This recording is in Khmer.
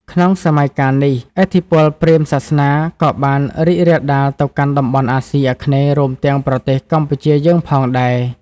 ក្នុងសម័យកាលនេះ ឥទ្ធិពលព្រាហ្មណ៍សាសនាក៏បានរីករាលដាលទៅកាន់តំបន់អាស៊ីអាគ្នេយ៍ រួមទាំងប្រទេសកម្ពុជាយើងផងដែរ។